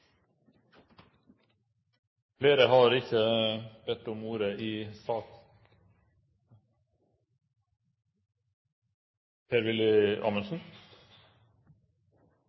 Flere har ikke bedt om ordet til sak